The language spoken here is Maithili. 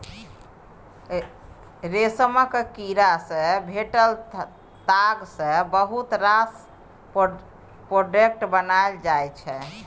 रेशमक कीड़ा सँ भेटल ताग सँ बहुत रास प्रोडक्ट बनाएल जाइ छै